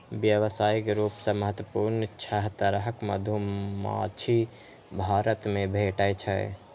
व्यावसायिक रूप सं महत्वपूर्ण छह तरहक मधुमाछी भारत मे भेटै छै